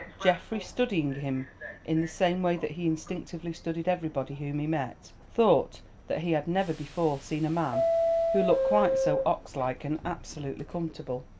geoffrey studying him in the same way that he instinctively studied everybody whom he met, thought that he had never before seen a man who looked quite so ox-like and absolutely comfortable.